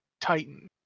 titan